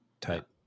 type